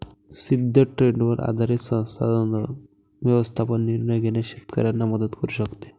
सिद्ध ट्रेंडवर आधारित संसाधन व्यवस्थापन निर्णय घेण्यास शेतकऱ्यांना मदत करू शकते